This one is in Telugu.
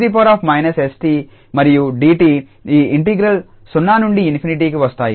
𝑒−𝑠𝑡 మరియు 𝑑𝑡 ఈ ఇంటిగ్రల్ 0 నుండి ∞కి వస్తాయి